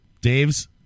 Dave's